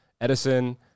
Edison